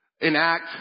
enact